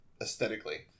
aesthetically